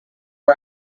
are